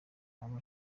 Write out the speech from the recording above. aba